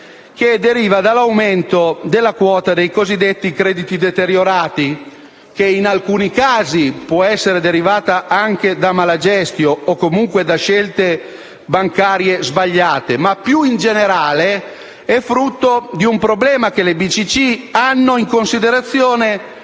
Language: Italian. quale deriva dall'aumento della quota dei cosiddetti crediti deteriorati, che in alcuni casi può essere derivata anche da *mala gestio*, o comunque da scelte bancarie sbagliate. Ma, più in generale, essa è frutto di un problema che le BCC hanno in considerazione,